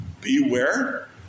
beware